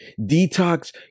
detox